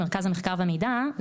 במרכז המחקר והמידע,